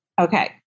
Okay